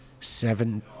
seven